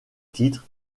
titres